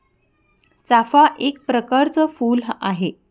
चाफा एक प्रकरच फुल आहे